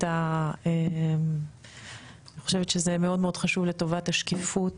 אני חושבת שזה באמת מאוד מאוד חשוב לטובת השקיפות